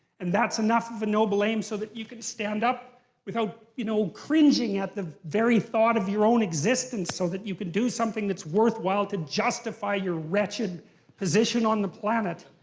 and that's enough noble aim so that you can stand up without you know cringing at the very thought of your own existence so that you can do something that's worthwhile to justify your wretched position on the planet.